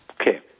Okay